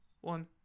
One